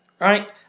right